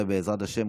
בעזרת השם,